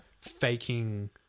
faking